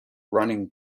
running